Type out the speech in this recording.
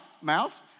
mouth